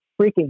freaking